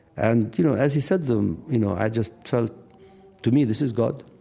and you know, as he said them, you know i just felt to me this is god,